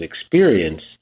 experience